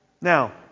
Now